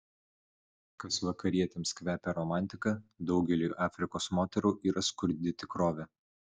kas vakarietėms kvepia romantika daugeliui afrikos moterų yra skurdi tikrovė